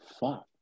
Fuck